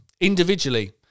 individually